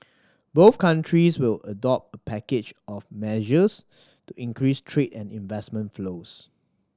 both countries will adopt a package of measures to increase trade and investment flows